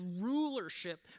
rulership